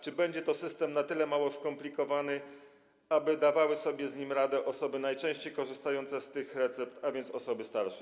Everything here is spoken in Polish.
Czy będzie to system na tyle mało skomplikowany, aby dawały sobie z nim radę osoby najczęściej korzystające z tych recept, a więc osoby starsze?